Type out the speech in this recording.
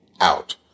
out